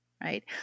right